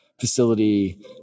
facility